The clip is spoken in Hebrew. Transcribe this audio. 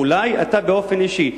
אולי אתה באופן אישי,